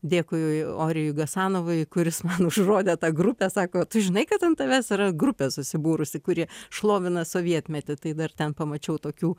dėkui orijui gasanovui kuris man užrodė tą grupė sako tu žinai kad ant tavęs yra grupė susibūrusi kurie šlovina sovietmetį tai dar ten pamačiau tokių